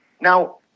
Now